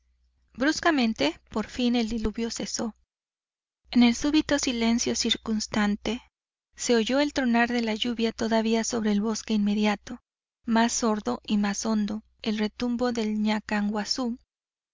bruscamente por fin el diluvio cesó en el súbito silencio circunstante se oyó el tronar de la lluvia todavía sobre el bosque inmediato más sordo y más hondo el retumbo del